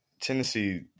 Tennessee